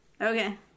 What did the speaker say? Okay